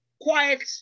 quiet